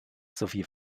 sowie